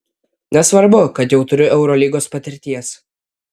nesvarbu kad jau turiu eurolygos patirties